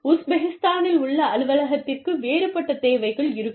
உஸ்பெகிஸ்தானில் உள்ள அலுவலகத்திற்கு வேறுபட்ட தேவைகள் இருக்கும்